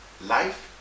life